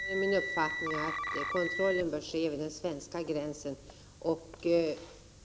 Herr talman! Jag vidhåller min uppfattning att kontrollen bör ske vid den svenska gränsen.